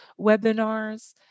webinars